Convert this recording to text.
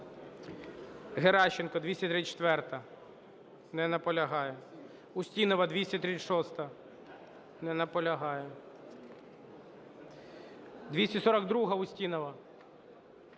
Геращенко, 234. Не наполягає. Устінова, 236-а. Не наполягає. 241-а, Устінова.